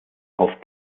auf